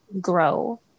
grow